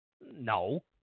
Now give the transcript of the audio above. No